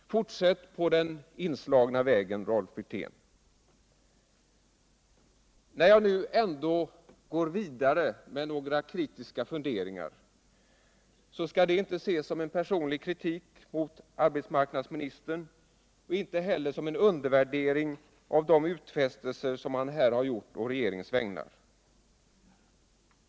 Fortsätt på den inslagna vägen, Rolf Wirtén! När jag nu ändå går vidare med några kritiska funderingar skall det inte ses som någon personlig kritik mot arbetsmarknadsministern och inte heller som någon undervärdering av de utfästelser som han här gjort å regeringens vägnar.